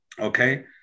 okay